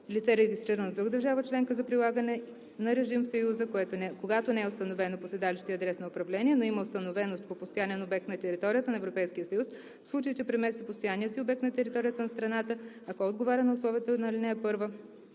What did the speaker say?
Лице, регистрирано в друга държава членка за прилагане на режим в Съюза, когато не е установено по седалище и адрес на управление, но има установеност по постоянен обект на територията на Европейския съюз, в случай че премести постоянния си обект на територията на страната, ако отговаря на условията на ал. 1, може да